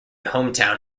hometown